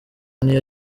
niyo